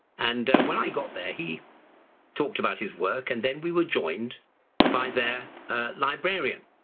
and when i got there he talked about his work and then we were joined by their librarian.